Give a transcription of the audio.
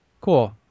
Cool